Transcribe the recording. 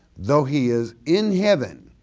though he is in heaven,